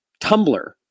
Tumblr